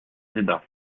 céda